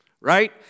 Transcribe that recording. right